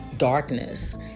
darkness